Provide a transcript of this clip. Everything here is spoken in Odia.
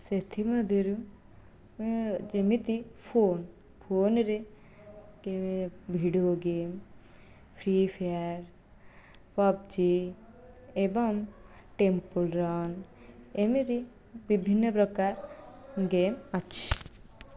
ସେଥିମଧ୍ୟରୁ ଯେମିତି ଫୋନ୍ ଫୋନ୍ରେ video game Free Fire PUBG ଏବଂ ଟେମ୍ପଲ୍ ରନ୍ ଏମିତି ବିଭିନ୍ନ ପ୍ରକାର ଗେମ୍ ଅଛି